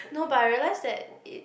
no but I realise that it